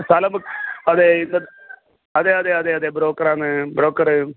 സ്ഥലം അതെ ഇത് അതെ അതെ അതെ ബ്രോക്കറാന്ന് ബ്രോക്കറ്